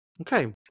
okay